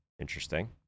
Interesting